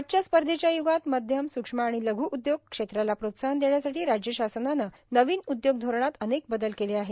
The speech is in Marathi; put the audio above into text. आजच्या स्पर्धेच्या य्गात मध्यम सूक्ष्म आणि लघ् उद्योग क्षेत्राला प्रोत्साहन देण्यासाठी राज्य शासनाने नवीन उद्योग धोरणात अनेक बदल केले आहेत